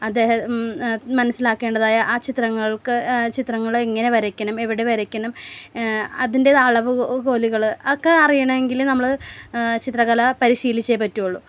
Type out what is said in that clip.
അദ്ദേഹം മനസ്സിലാക്കേണ്ടതായ ആ ചിത്രങ്ങൾക്ക് ചിത്രങ്ങൾ എങ്ങനെ വരയ്ക്കണം എവിടെ വരയ്ക്കണം അതിൻ്റെ അളവ് കോലുകൾ ഒക്കെ അറിയണമെങ്കിൽ നമ്മൾ ചിത്രകല പരിശീലിച്ചേ പറ്റുകയുള്ളു